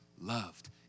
loved